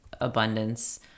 abundance